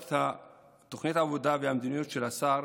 את תוכנית העבודה והמדיניות של השר